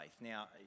Now